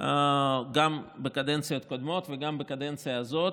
גם בקדנציות קודמות וגם בקדנציה הזאת,